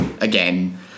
again